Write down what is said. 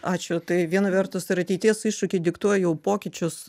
ačiū tai viena vertus ir ateities iššūkiai diktuoja jau pokyčius